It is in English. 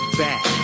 back